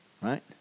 Right